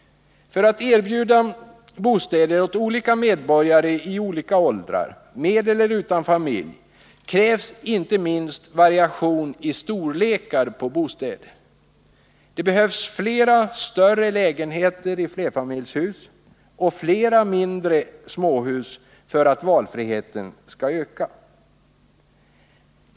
För att erbjuda bostäder åt olika medborgare i olika åldrar med eller utan familj krävs inte minst variation i storlekar på bostäder. Det behövs fler större lägenheter i flerfamiljshus och fler mindre småhus för att valfriheten skall öka.